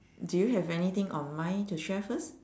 do you have anything on mind to share first